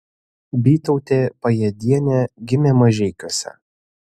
bytautė pajėdienė gimė mažeikiuose